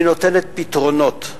היא נותנת פתרונות,